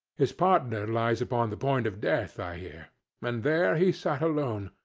his partner lies upon the point of death, i hear and there he sat alone.